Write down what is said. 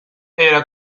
era